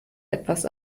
etwas